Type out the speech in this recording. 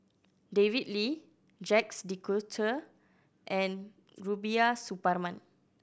David Lee Jacques De Coutre and Rubiah Suparman